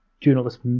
journalist